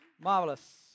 marvelous